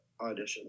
auditions